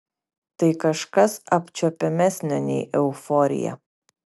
tai kažkas apčiuopiamesnio nei euforija